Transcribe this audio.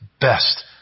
best